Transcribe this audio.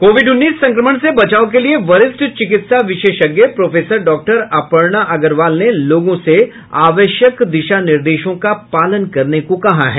Covid उन्नीस संक्रमण से बचाव के लिए वरिष्ठ चिकित्सा विशेषज्ञ प्रोफेसर डॉक्टर अपर्णा अग्रवाल ने लोगों से आवश्यक दिशा निर्देशों का पालन करने को कहा है